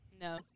No